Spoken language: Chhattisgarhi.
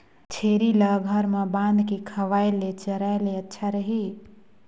छेरी ल घर म बांध के खवाय ले चराय ले अच्छा रही?